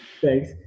Thanks